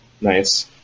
Nice